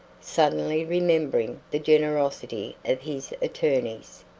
suddenly remembering the generosity of his attorneys.